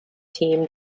team